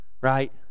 Right